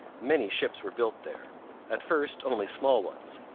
many ships were built there at first only small ones,